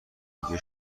دیگه